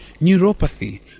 neuropathy